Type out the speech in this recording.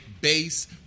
base